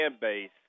base